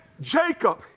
Jacob